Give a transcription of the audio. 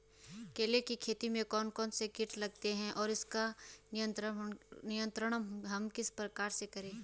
केले की खेती में कौन कौन से कीट लगते हैं और उसका नियंत्रण हम किस प्रकार करें?